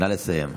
נא לסיים.